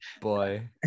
boy